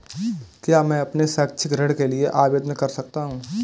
क्या मैं अपने शैक्षिक ऋण के लिए आवेदन कर सकता हूँ?